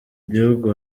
gihugu